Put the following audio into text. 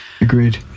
Agreed